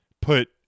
put